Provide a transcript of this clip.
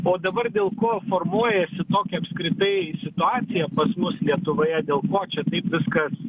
o dabar dėl ko formuojasi tokia apskritai situacija pas mus lietuvoje dėl ko čia taip viskas